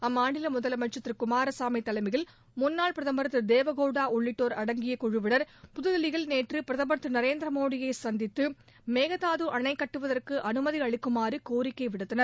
அம்மாநில முதலமைச்சர் திரு குமாரசாமி தலைமையில் முன்னாள் பிரதமர் திரு தேவகவுடா உள்ளிட்டோர் அடங்கிய குழுவினா் புதுதில்லியில் நேற்று பிரதமர் திரு நரேந்திர மோடியை சந்தித்து மேகதாது அணைக் கட்டுவதற்கு அனுமதி அளிக்குமாறு கோரிக்கை விடுத்தனர்